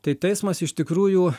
tai teismas iš tikrųjų